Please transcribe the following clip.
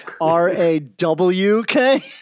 R-A-W-K